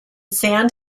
sand